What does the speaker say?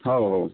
ହେଉ ହେଉ